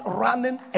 running